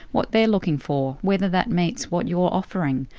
what they're looking for, whether that meets what you're offering.